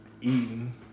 Eating